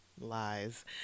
Lies